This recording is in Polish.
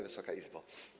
Wysoka Izbo!